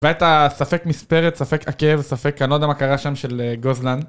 ואת הספק מספרת, ספק עקב, ספק אני לא יודע מה קרה שם של גוזלן